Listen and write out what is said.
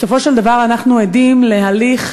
בסופו של דבר אנחנו עדים להליך,